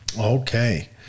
Okay